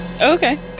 Okay